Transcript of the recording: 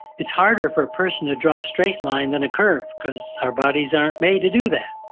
it's harder for a person to draw a straight line than a curve, because our bodies aren't made to do that.